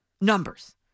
numbers